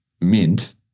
mint